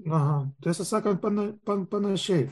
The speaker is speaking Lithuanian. na tiesą sakant pan pan panašiai